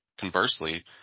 conversely